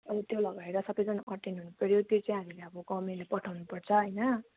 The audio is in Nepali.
अब त्यो लगाएर सबैजना अटेन्ड हुनुपऱ्यो त्यो चाहिँ हामीले अब गर्मेन्टलाई पठाउनु पर्छ होइन